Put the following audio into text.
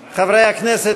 מהדוכן, אדוני היושב-ראש.